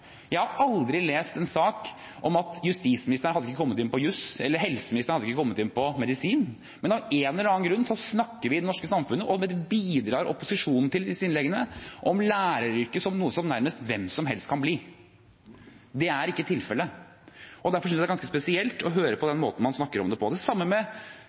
jeg har aldri lest en sak om at justisministeren ikke hadde kommet inn på jus, eller at helseministeren ikke hadde kommet inn på medisin. Men av en eller annen grunn snakker vi i det norske samfunnet – og det bidrar opposisjonen til i disse innleggene – om læreryrket som noe som nærmest hvem som helst kan ha. Det er ikke tilfellet. Derfor synes jeg det er ganske spesielt å høre på den måten man snakker om det på. Det samme